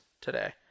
today